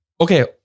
Okay